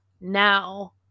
Now